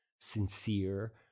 sincere